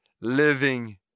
living